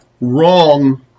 wrong